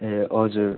ए हजुर